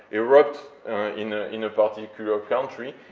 erupts in ah in a particular country,